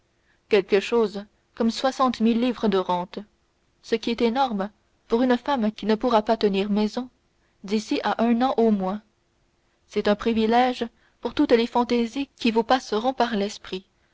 quelque chose comme soixante mille livres de rente ce qui est énorme pour une femme qui ne pourra pas tenir maison d'ici à un an au moins c'est un privilège pour toutes les fantaisies qui vous passeront par l'esprit